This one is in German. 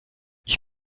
ich